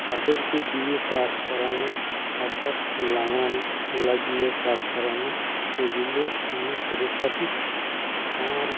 তাদেরকে দিয়ে চাষ করানো অর্থাৎ লাঙ্গল লাগিয়ে চাষ করানো এগুলো আমি করে থাকি আমার